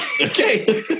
Okay